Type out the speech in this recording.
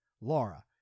Laura